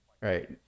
right